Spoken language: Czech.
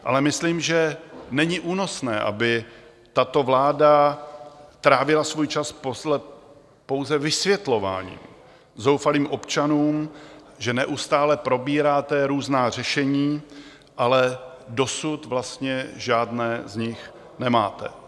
Ale myslím, že není únosné, aby tato vláda trávila svůj čas pouze vysvětlováním zoufalým občanům, že neustále probíráte různá řešení, ale dosud vlastně žádné z nich nemáte.